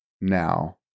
now